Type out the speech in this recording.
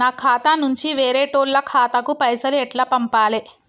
నా ఖాతా నుంచి వేరేటోళ్ల ఖాతాకు పైసలు ఎట్ల పంపాలే?